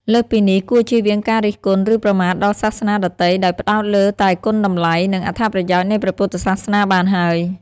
លើសពីនេះ គួរជៀសវាងការរិះគន់ ឬប្រមាថដល់សាសនាដទៃ ដោយផ្តោតលើតែគុណតម្លៃ និងអត្ថប្រយោជន៍នៃព្រះពុទ្ធសាសនាបានហើយ។